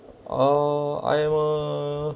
oh I'm a